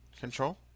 Control